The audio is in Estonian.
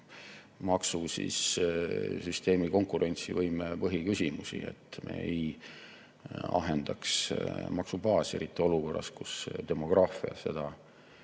maksusüsteemi konkurentsivõime põhiküsimusi, et me ei ahendaks maksubaasi, eriti olukorras, kus demograafia seda